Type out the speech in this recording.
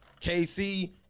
KC